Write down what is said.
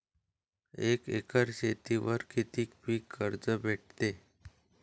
एक एकर शेतीवर किती पीक कर्ज भेटते?